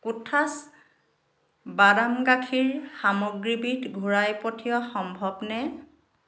কোঠাছ বাদাম গাখীৰ সামগ্ৰীবিধ ঘূৰাই পঠিওৱা সম্ভৱ নে